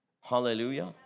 Hallelujah